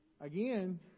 Again